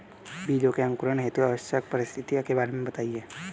बीजों के अंकुरण हेतु आवश्यक परिस्थितियों के बारे में बताइए